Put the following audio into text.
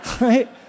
right